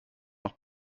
noch